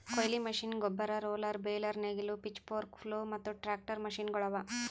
ಕೊಯ್ಲಿ ಮಷೀನ್, ಗೊಬ್ಬರ, roller, baler, ನೇಗಿಲು, ಪಿಚ್ಫೋರ್ಕ್, ಪ್ಲೊ ಮತ್ತ ಟ್ರಾಕ್ಟರ್ ಮಷೀನಗೊಳ್ ಅವಾ